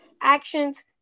actions